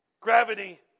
gravity